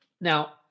now